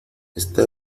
está